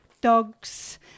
dogs